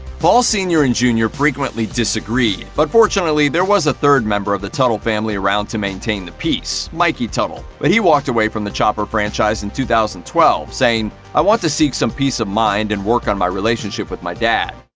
paul sr. and jr. frequently disagreed, but fortunately, there was a third member of the teutul family around to maintain the peace mikey teutul. but he walked away from the chopper franchise in two thousand and twelve, saying, i want to seek some peace of mind and work on my relationship with my dad.